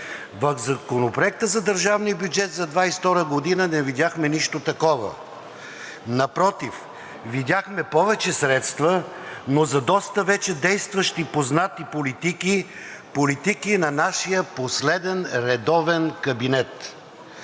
В Законопроекта за държавния бюджет за 2022 г. не видяхме нищо такова, напротив, видяхме повече средства, но за доста вече действащи познати политики, политики на нашия последен редовен кабинет.